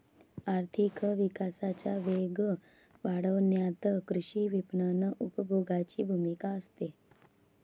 आर्थिक विकासाचा वेग वाढवण्यात कृषी विपणन उपभोगाची भूमिका असते